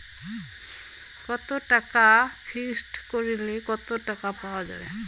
কত টাকা ফিক্সড করিলে কত টাকা পাওয়া যাবে?